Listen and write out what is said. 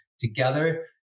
together